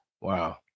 Wow